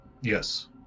Yes